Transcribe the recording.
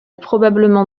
probablement